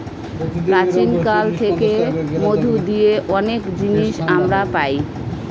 প্রাচীন কাল থেকে মধু দিয়ে অনেক জিনিস আমরা পায়